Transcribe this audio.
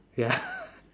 ya